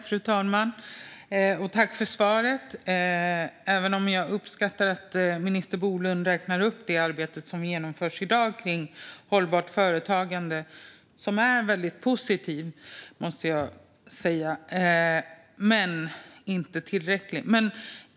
Fru talman! Jag tackar för svaret. Jag uppskattar att minister Bolund räknar upp det arbete som genomförs i dag i fråga om hållbart företagande. Det är positivt, men inte tillräckligt.